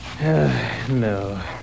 No